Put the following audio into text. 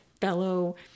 fellow